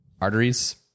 arteries